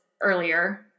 earlier